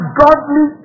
godly